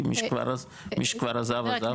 כי מי שכבר עזב, עזב.